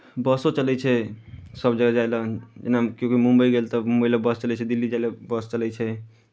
बसो चलै छै सभजगह जाय लए जेना केओ केओ मुंबइ गेल तऽ मुंबइ लए बस चलै छै दिल्ली जाय लए बस चलै छै